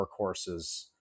workhorses